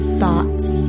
thoughts